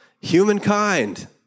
humankind